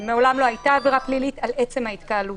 מעולם לא הייתה עבירה פלילית על עצם ההתקהלות.